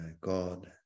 God